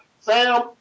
Sam